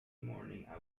morning